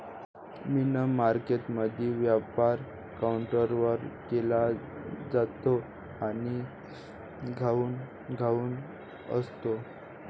मनी मार्केटमधील व्यापार काउंटरवर केला जातो आणि घाऊक असतो